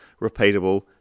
repeatable